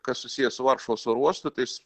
kas susiję su varšuvos oro uostu tais